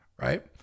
right